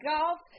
golf